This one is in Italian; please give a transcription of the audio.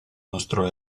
nostro